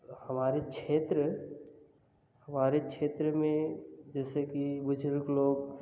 हमारे क्षेत्र हमारे क्षेत्र में जैसे कि बुजुर्ग लोग